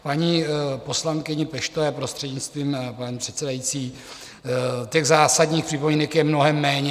K paní poslankyni Peštové, prostřednictvím paní předsedající, těch zásadních připomínek je mnohem méně.